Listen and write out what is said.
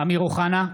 אמיר אוחנה,